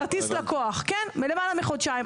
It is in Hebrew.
כרטיס לקוח, כן, למעלה מחודשיים.